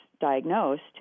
diagnosed